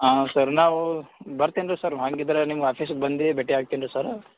ಹಾಂ ಸರ್ ನಾವೂ ಬರ್ತೀನಿ ರೀ ಸರ್ ವಾಂಗ್ ಇದ್ದರೆ ನಿಮ್ಮ ಆಫೀಸಿಗೆ ಬಂದು ಭೇಟಿ ಆಗ್ತೀನಿ ಸರ್